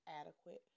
adequate